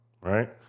right